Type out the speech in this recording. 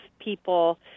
people